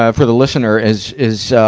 ah for the listener, is, is, ah,